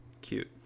cute